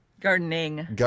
Gardening